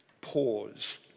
pause